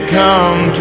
come